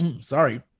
sorry